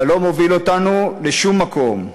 אתה לא מוביל אותנו לשום מקום.